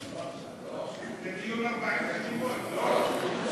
זה דיון 40 חתימות, לא?